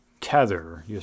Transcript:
Tether